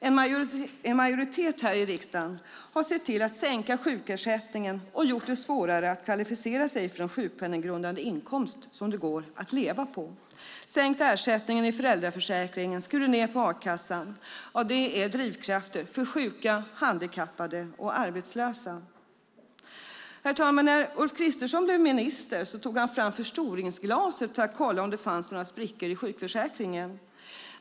En majoritet här i riksdagen har sett till att sänka sjukersättningen och göra det svårare att kvalificera sig för en sjukpenninggrundande inkomst som det går att leva på, har sänkt ersättningen i föräldraförsäkringen och har skurit ned på a-kassan. Det är drivkrafter för sjuka, handikappade och arbetslösa. Herr talman! När Ulf Kristersson blev minister tog han fram förstoringsglaset för att kolla om det fanns några sprickor i sjukförsäkringen.